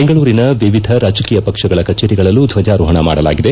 ಬೆಂಗಳೂರಿನ ವಿವಿಧ ರಾಜಕೀಯ ಪಕ್ಷಗಳ ಕಚೇರಿಗಳಲ್ಲೂ ಧ್ವಜಾರೋಹಣ ಮಾಡಲಾಗಿದೆ